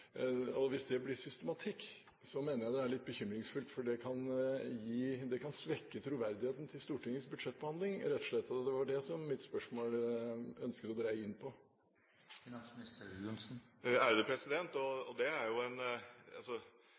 og så får vi nye skatteanslag som øker handlefriheten med mange milliarder kroner. Hvis det blir systematikk i dette, mener jeg det er litt bekymringsfullt, for det kan rett og slett svekke troverdigheten til Stortingets budsjettbehandling. Det er det jeg i mitt spørsmål ønsker å dreie inn på. Jeg har en